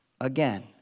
again